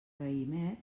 raïmet